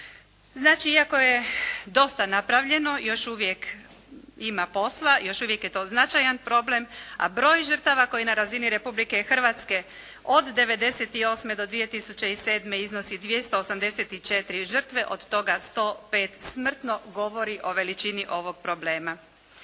Znači iako je dosta napravljeno još uvijek ima posla, još uvijek je to značajan problem, a broj žrtava koji na razini Republike Hrvatske od 98. do 2007. iznosi 284 žrtve od toga 105 smrtno, govori o veličini ovog problema.